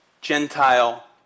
Gentile